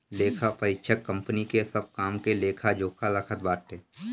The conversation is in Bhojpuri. लेखापरीक्षक कंपनी के सब काम के लेखा जोखा रखत बाटे